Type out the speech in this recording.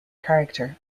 character